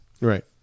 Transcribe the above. right